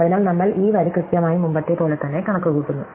അതിനാൽ നമ്മൾ ഈ വരി കൃത്യമായി മുമ്പത്തെപ്പോലെ തന്നെ കണക്കുകൂട്ടുന്നു